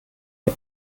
mir